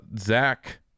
Zach